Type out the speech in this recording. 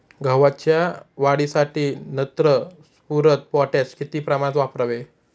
गव्हाच्या वाढीसाठी नत्र, स्फुरद, पोटॅश किती प्रमाणात वापरावे?